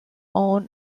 own